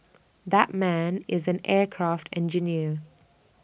that man is an aircraft engineer